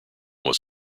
was